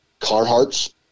Carhartts